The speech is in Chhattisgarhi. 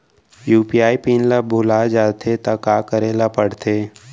यू.पी.आई पिन ल भुला जाथे त का करे ल पढ़थे?